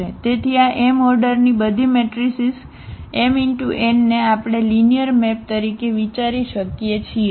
તેથી આ એમ ઓર્ડરની બધી મેટ્રિસીસ m×n ને આપણે લિનિયર મેપ મેપ તરીકે વિચારી શકીએ છીએ